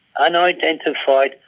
unidentified